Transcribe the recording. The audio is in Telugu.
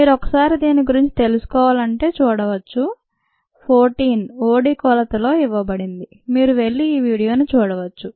మీరు ఒకసారి దీని గురించి తెలుసుకోవాలంటే చూడవచ్చు 14 OD కొలతలో ఇవ్వబడింది మీరు వెళ్లి ఈ వీడియోని చూడవచ్చు